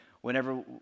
whenever